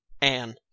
Anne